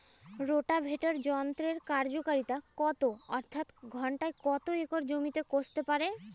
Rotavator যন্ত্রের কার্যকারিতা কত অর্থাৎ ঘণ্টায় কত একর জমি কষতে পারে?